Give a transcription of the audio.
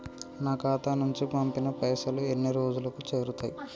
నా ఖాతా నుంచి పంపిన పైసలు ఎన్ని రోజులకు చేరుతయ్?